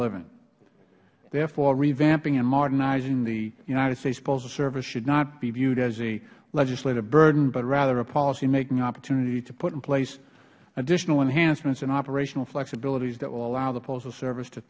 living therefore revamping and modernizing the united states postal service should not be viewed as a legislative burden but rather a policy making opportunity to put in place additional enhancements and operational flexibilities that will allow the postal service to